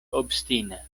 obstine